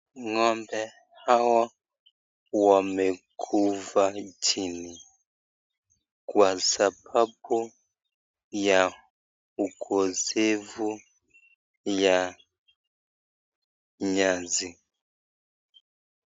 Ngo'mbe hawa wamekuja chini kwa sababu ya ukosefu ya nyasi.